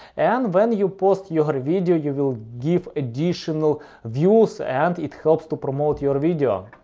and when you post your video, you will get additional views, and it helps to promote your video.